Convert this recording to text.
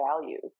values